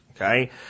Okay